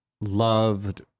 loved